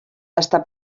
està